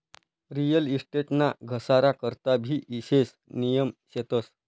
real estate ना घसारा करता भी ईशेष नियम शेतस